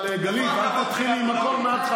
אבל גלית, אל תתחילי עם החוק מההתחלה.